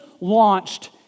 launched